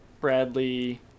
Bradley